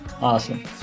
Awesome